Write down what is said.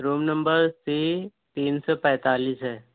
روم number سی تین سو پینتالیس ہے